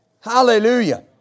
Hallelujah